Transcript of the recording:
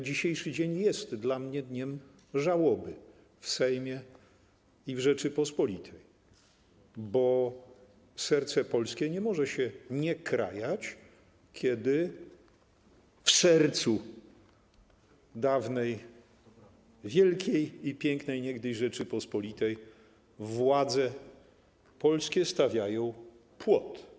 Dzisiejszy dzień jest dla mnie dniem żałoby w Sejmie i w Rzeczypospolitej, bo serce polskie nie może się nie krajać, kiedy w sercu dawnej, wielkiej i pięknej niegdyś Rzeczypospolitej władze polskie stawiają płot.